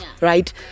right